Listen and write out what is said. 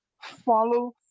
Follow